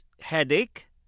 headache